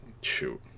Shoot